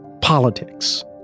politics